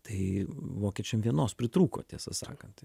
tai vokiečiam vienos pritrūko tiesą sakant